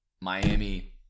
Miami